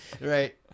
Right